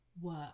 work